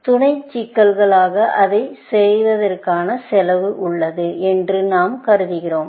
துணை சிக்கல்களாக அதைச் செய்வதற்கான செலவு உள்ளது என்று நாம் கருதினோம்